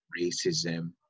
racism